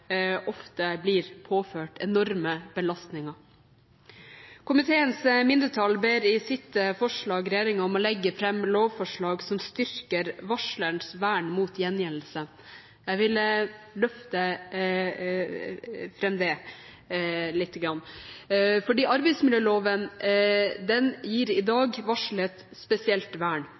ofte blir påført enorme belastninger. Komiteens mindretall ber i sitt forslag regjeringen om å legge fram lovforslag som styrker varsleres vern mot gjengjeldelse. Jeg vil løfte fram det lite grann fordi arbeidsmiljøloven gir i dag varsel et spesielt vern